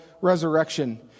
resurrection